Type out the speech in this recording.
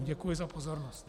Děkuji za pozornost.